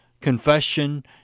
confession